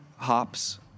hops